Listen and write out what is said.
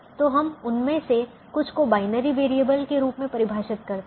तो हम उनमें से कुछ को बाइनरी वैरिएबल के रूप में परिभाषित करते हैं